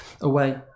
away